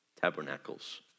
tabernacles